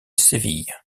séville